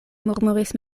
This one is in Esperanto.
murmuris